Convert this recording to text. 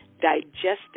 digestive